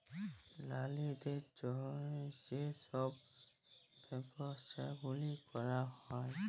লারিদের জ্যনহে যে ছব ব্যবছা গুলা ক্যরা হ্যয়